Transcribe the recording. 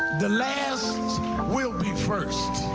the last will be first.